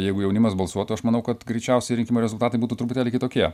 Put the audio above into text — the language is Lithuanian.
jeigu jaunimas balsuotų aš manau kad greičiausiai rinkimų rezultatai būtų truputėlį kitokie